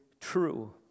true